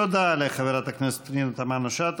תודה לחברת הכנסת פנינה תמנו-שטה.